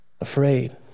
afraid